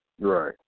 Right